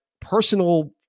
personal